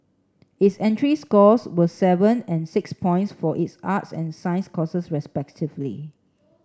its entry scores were seven and six points for its arts and science courses respectively